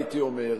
הייתי אומר,